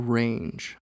range